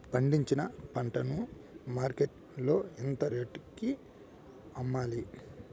పండించిన పంట ను మార్కెట్ లో ఎంత రేటుకి అమ్మాలి?